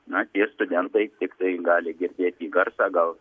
na tie studentai tiktai gali girdėti garsą gal